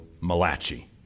Malachi